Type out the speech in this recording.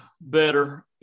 better